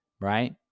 right